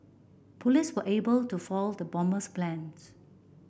police were able to foil the bomber's plans